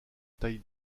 taille